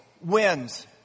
wins